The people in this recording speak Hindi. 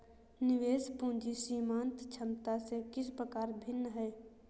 निवेश पूंजी सीमांत क्षमता से किस प्रकार भिन्न है?